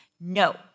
no